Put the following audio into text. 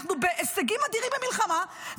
אנחנו בהישגים אדירים במלחמה,